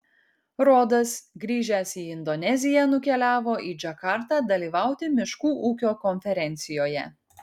rodas grįžęs į indoneziją nukeliavo į džakartą dalyvauti miškų ūkio konferencijoje